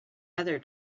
other